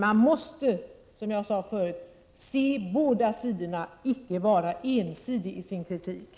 Man måste, som jag sade förut, se båda sidorna och inte vara ensidig i sin kritik.